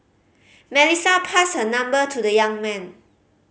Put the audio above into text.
Melissa passed her number to the young man